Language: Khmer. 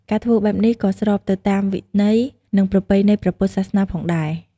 ការធ្វើបែបនេះ ក៏ស្របទៅតាមវិន័យ និងប្រពៃណីព្រះពុទ្ធសាសនាផងដែរ។